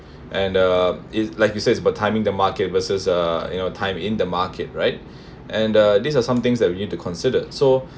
and uh it's like you said it's about timing the market versus uh you know time in the market right and the this is somethings that you need to consider so